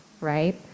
right